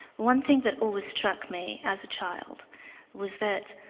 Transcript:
one thing that always struck me as a child was that